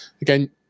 again